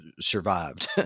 survived